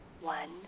one